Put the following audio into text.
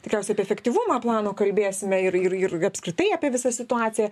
tikriausiai apie efektyvumą plano kalbėsime ir ir ir apskritai apie visą situaciją